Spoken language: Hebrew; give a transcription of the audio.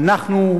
"אנחנו,